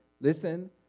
Listen